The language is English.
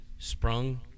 sprung